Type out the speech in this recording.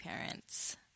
parents